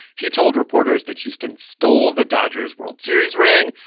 he told reporters that houston stole the dodgers world series ring,